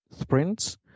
sprints